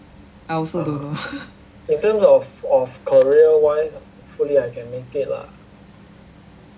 I also don't know